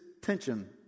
tension